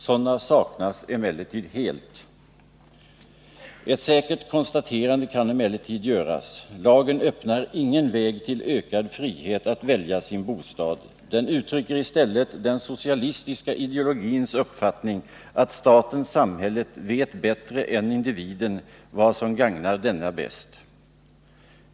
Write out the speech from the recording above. Sådana saknas emellertid helt. Ett säkert konstaterande kan emellertid göras: lagen öppnar ingen väg till ökad frihet att välja sin bostad. Den uttrycker i stället den socialistiska ideologins uppfattning att staten eller samhället vet bättre än individen vad som gagnar denne bäst.